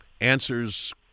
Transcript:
answers